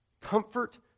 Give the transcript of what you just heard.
comfort